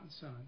Son